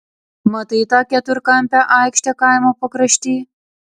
matai tą keturkampę aikštę kaimo pakrašty